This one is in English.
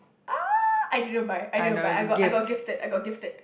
ah I didn't buy I didn't buy I got I got gifted I got gifted